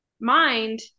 mind